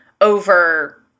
over